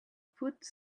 put